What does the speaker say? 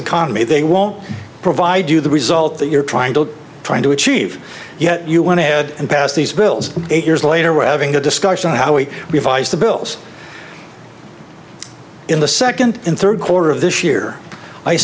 economy they won't provide you the result that you're trying to trying to achieve yet you want to head and pass these bills eight years later we're having a discussion on how we revise the bills in the second and third quarter of this year i